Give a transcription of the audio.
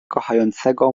kochającego